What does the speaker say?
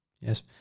Yes